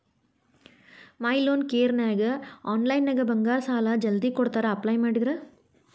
ಮೈ loan ಕೇರನ್ಯಾಗ ಆನ್ಲೈನ್ನ್ಯಾಗ ಬಂಗಾರ ಸಾಲಾ ಜಲ್ದಿ ಕೊಡ್ತಾರಾ ಅಪ್ಲೈ ಮಾಡಿದ್ರ